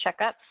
checkups